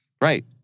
Right